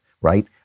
right